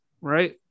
Right